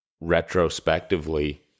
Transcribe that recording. retrospectively